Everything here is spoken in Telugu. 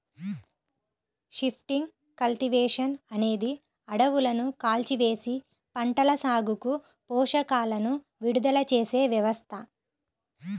షిఫ్టింగ్ కల్టివేషన్ అనేది అడవులను కాల్చివేసి, పంటల సాగుకు పోషకాలను విడుదల చేసే వ్యవస్థ